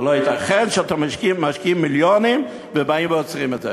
זה לא ייתכן שאתם משקיעים מיליונים ובאים ועוצרים את זה.